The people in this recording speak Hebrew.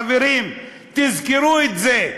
חברים, תזכרו את זה: